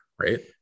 right